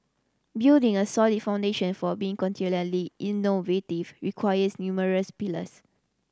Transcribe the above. building a solid foundation for being continually innovative requires numerous pillars